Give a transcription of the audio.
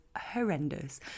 horrendous